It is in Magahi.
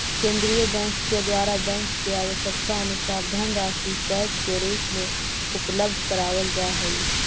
केंद्रीय बैंक के द्वारा बैंक के आवश्यकतानुसार धनराशि कैश के रूप में उपलब्ध करावल जा हई